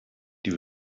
die